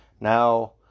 Now